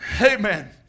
Amen